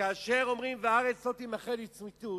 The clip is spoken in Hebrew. וכאשר אומרים "והארץ לא תימכר לצמיתות",